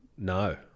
no